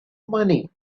money